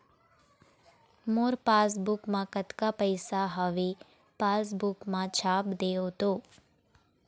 मोर passbook मा कतका पैसा हवे पासबुक मा छाप देव तो?